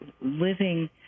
living